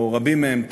או רבים מהם,